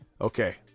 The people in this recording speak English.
okay